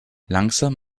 langsam